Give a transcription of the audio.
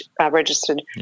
registered